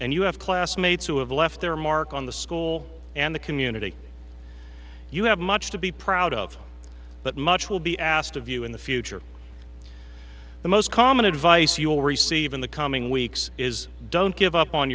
and you have classmates who have left their mark on the school and the community you have much to be proud of but much will be asked of you in the future the most common advice you'll receive in the coming weeks is don't give up on